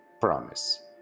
promise